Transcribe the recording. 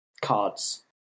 Cards